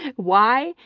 why?